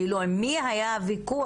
כאילו עם מי היה הוויכוח,